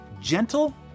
gentle